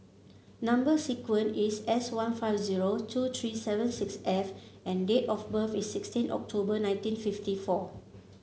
number sequence is S one five zero two three seven six F and date of birth is sixteen October nineteen fifty four